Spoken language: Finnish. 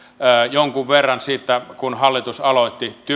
jonkun verran siitä kun hallitus aloitti